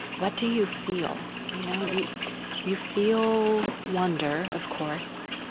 what do you feel, you know? you you feel wonder, of course.